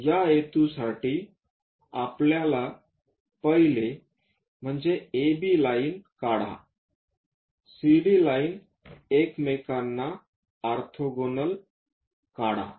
त्या हेतूसाठी आपल्याला पहिले म्हणजे AB लाइन काढा CD लाइन एकमेकांना ऑर्थोगोनाल काढा